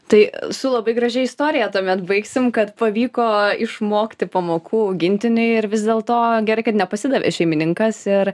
tai su labai gražia istorija tuomet baigsim kad pavyko išmokti pamokų augimtiniui ir vis dėlto gerai kad nepasidavė šeimininkas ir